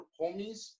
homies